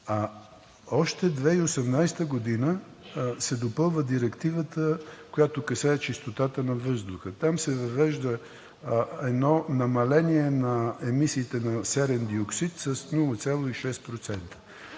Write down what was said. Още в 2018 г. се допълва Директивата, която касае чистотата на въздуха. Там се въвежда едно намаление на емисиите на серен диоксид с 0,6%.